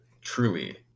truly